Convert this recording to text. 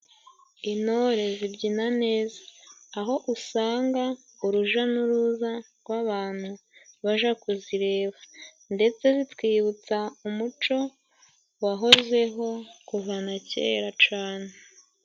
Intore zibyina neza, aho usanga uruja n'uruza rw'abantu baja kuzireba, ndetse zitwibutsa umuco wahozeho kuva na kera cane.